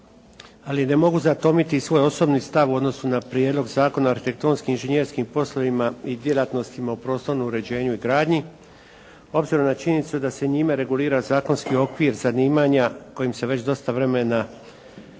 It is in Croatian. ali ne mogu zatomiti svoj osobni stav u odnosu na prijedlog Zakona o arhitektonskim i inženjerskim poslovima i djelatnostima u prostornom uređenju i gradnji. Obzirom na činjenicu da se njime regulira zakonski okvir zanimanja kojim se već dosta vremena bavim